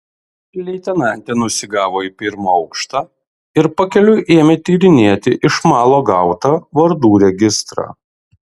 leitenantė nusigavo į pirmą aukštą ir pakeliui ėmė tyrinėti iš malo gautą vardų registrą